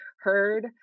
heard